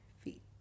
feet